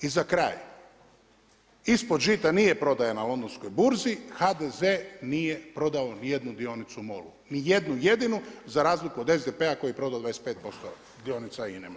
I za kraj, ispod žita nije prodaja na Londonskoj burzi, HDZ nije prodao ni jednu dionicu Molu, ni jednu jedinu, za razliku od SDP koji je prodao 25% dionice INA-e Molu.